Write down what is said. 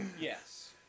Yes